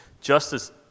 Justice